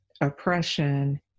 oppression